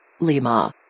Lima